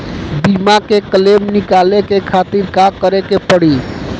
बीमा के क्लेम निकाले के खातिर का करे के पड़ी?